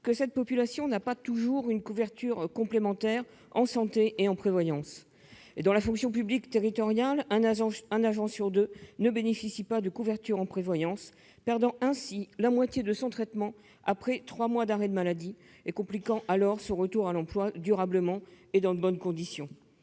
que cette population n'a pas toujours une couverture complémentaire en santé et en prévoyance. Dans la fonction publique territoriale, un agent sur deux ne bénéficie pas de couverture en prévoyance, perdant ainsi la moitié de son traitement après trois mois d'arrêt maladie, ce qui complique alors un retour à l'emploi durable dans de bonnes conditions.